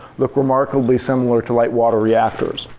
look remarkably similar to light water reactors.